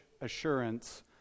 assurance